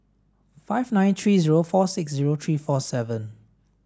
five nine three zero four six zero three four seven